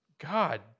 God